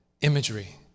imagery